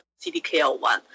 CDKL1